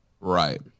Right